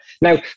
Now